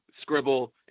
scribble